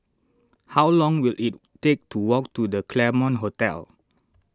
how long will it take to walk to the Claremont Hotel